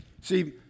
See